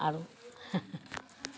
आरो